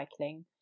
recycling